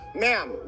Ma'am